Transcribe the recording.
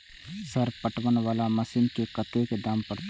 Sir पटवन वाला machine के कतेक दाम परतें?